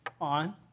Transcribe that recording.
on